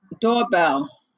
doorbell